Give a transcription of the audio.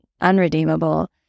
unredeemable